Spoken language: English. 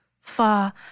far